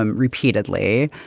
um repeatedly.